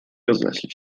rozeszli